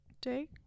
day